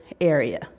area